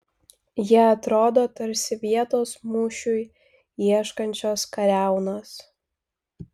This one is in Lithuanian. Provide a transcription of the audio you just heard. jie atrodo tarsi vietos mūšiui ieškančios kariaunos